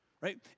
right